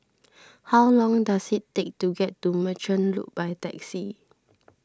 how long does it take to get to Merchant Loop by taxi